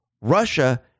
Russia